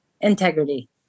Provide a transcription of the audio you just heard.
Integrity